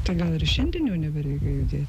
tai gal ir šiandien jau nebereikia judėti